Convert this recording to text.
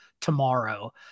tomorrow